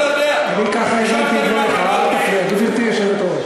לא, אתה מדבר בלי שאתה יודע.